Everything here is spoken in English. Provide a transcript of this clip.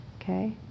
okay